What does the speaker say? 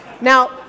Now